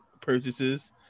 purchases